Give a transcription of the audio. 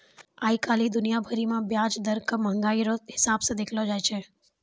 आइ काल्हि दुनिया भरि मे ब्याज दर के मंहगाइ रो हिसाब से देखलो जाय छै